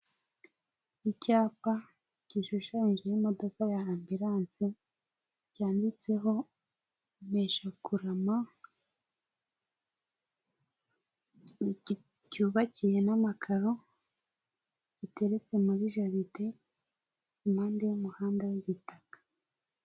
Icyapa gishushanyijeho inzu imodoka ya Ambulance cyanditseho impeshakurama cyubakiye n'amakaro, giteretse muri jaride impande y'umuhanda y'igitaka.